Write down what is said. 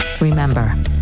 Remember